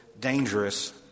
dangerous